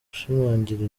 gushimangira